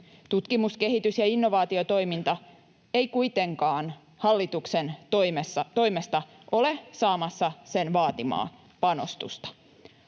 Tutkimus-, kehitys- ja innovaatiotoiminta ei kuitenkaan hallituksen toimesta ole saamassa sen vaatimaa panostusta.